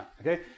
okay